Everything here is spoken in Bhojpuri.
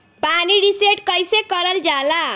पीन रीसेट कईसे करल जाला?